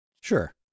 Sure